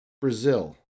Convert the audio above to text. Brazil